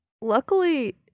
Luckily